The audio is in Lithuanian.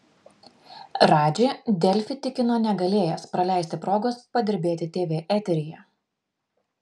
radži delfi tikino negalėjęs praleisti progos padirbėti tv eteryje